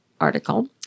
article